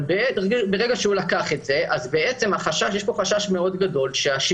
ברגע שהוא לקח את זה אז יש פה חשש מאוד גדול שאם